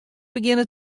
begjinne